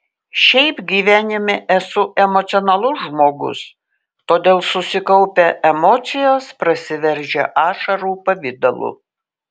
šiaip gyvenime esu emocionalus žmogus todėl susikaupę emocijos prasiveržia ašarų pavidalu